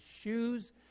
shoes